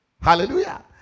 Hallelujah